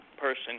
person